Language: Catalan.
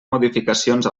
modificacions